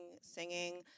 singing